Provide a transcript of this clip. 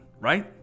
right